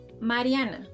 Mariana